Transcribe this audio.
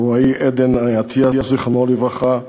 טוראי עדן אטיאס, זיכרונו לברכה,